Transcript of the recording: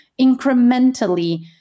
incrementally